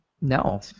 No